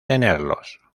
tenerlos